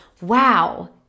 wow